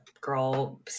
girl